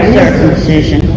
circumcision